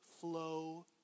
flow